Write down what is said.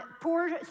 Poor